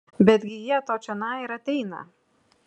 betgi jie to čionai ir ateina